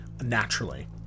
naturally